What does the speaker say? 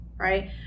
Right